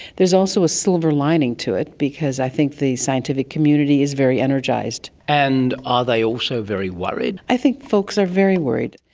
there is also a silver lining to it because i think the scientific community is very energised. and are they also very worried? i think folks are very worried.